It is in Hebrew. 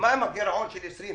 ומה עם הגירעון של 2020,